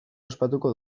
ospatuko